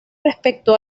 respecto